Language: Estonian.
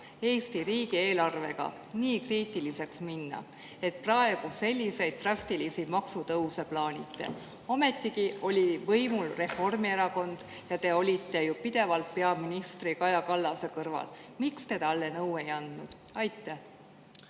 Eesti riigieelarvega nii kriitiliseks minna, et te praegu selliseid drastilisi maksutõuse plaanite? Ometigi oli võimul Reformierakond ja te olite ju pidevalt peaminister Kaja Kallase kõrval. Miks te talle nõu ei andnud? Aitäh,